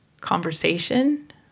conversation